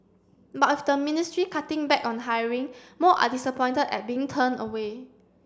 but of the ministry cutting back on hiring more are disappointed at being turned away